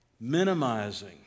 minimizing